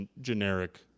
generic